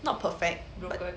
not perfect but